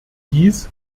dies